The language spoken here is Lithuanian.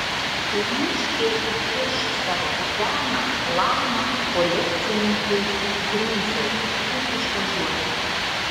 ryškiai įkiš savo seną chlamą kolekcininkui brunzai ir išvažiuos